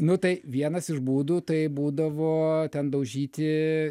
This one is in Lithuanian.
nu tai vienas iš būdų tai būdavo ten daužyti